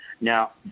now